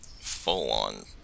full-on